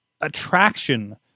attraction